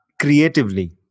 creatively